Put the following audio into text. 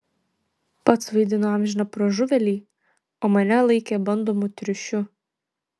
pats vaidino amžiną pražuvėlį o mane laikė bandomu triušiu